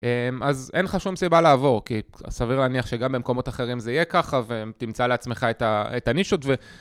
אז אין לך שום סיבה לעבור, כי סביר להניח שגם במקומות אחרים זה יהיה ככה, ותמצא לעצמך את הנישות.